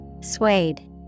Suede